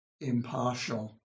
impartial